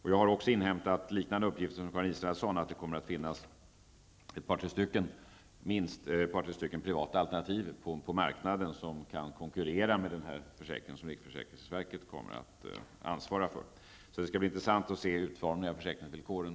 Jag har också inhämtat uppgifter liknande de som Karin Israelsson här har lämnat om att det kommer att finnas minst ett par tre alternativ på marknaden som kan konkurrera med den försäkring som riksförsäkringsverket kommer att ansvara för. Det skall bli intressant att se t.ex. utformningen av försäkringsvillkoren.